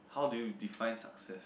how do you define success